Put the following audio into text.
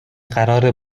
قراره